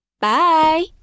Bye